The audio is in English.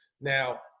Now